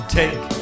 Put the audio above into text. take